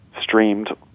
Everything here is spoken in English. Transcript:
streamed